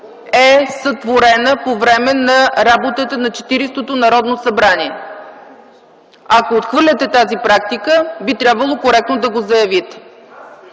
сътворена по време на работата на Четиридесетото Народно събрание. Ако отхвърляте тази практика, би трябвало коректно да го заявите.